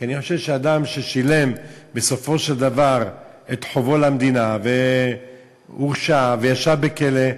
כי אני חושב שאדם ששילם בסופו של דבר את חובו למדינה והורשע וישב בכלא,